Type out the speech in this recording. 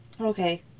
Okay